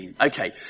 Okay